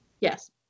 Yes